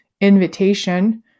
invitation